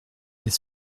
mais